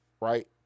right